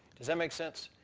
does that make sense?